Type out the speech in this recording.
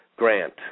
Grant